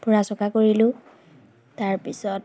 ফুৰা চকা কৰিলোঁ তাৰপিছত